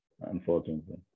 unfortunately